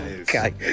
Okay